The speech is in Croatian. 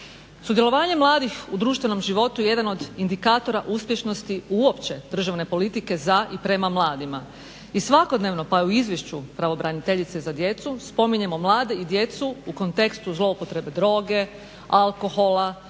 Sudjelovanje mladih u društvenom životu je jedan od indikatora uspješnosti uopće državne politike za i prema mladima i svakodnevno pa i u izvješću pravobraniteljice za djecu spominjemo mlade i djecu u kontekstu zloupotrebe droge, alkohola,